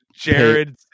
Jared